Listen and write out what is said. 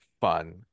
fun